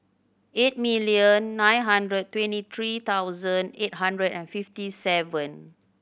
eight million nine hundred twenty three thousand eight hundred and fifty seven